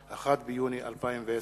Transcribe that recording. תודה.